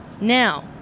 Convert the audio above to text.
now